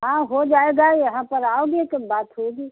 हाँ हो जाएगा यहाँ पर आओगे तो बात होगी